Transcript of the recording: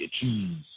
cheese